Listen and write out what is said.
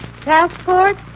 passport